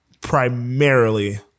primarily